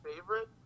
favorite